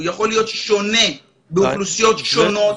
הוא יכול להיות שונה באוכלוסיות שונות.